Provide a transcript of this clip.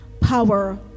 power